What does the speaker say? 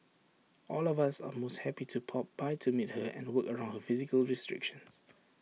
all of us are most happy to pop by to meet her and work around her physical restrictions